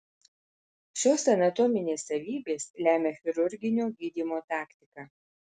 šios anatominės savybės lemia chirurginio gydymo taktiką